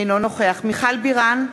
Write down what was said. אינו נוכח מיכל בירן,